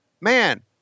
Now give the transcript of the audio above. man